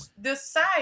decide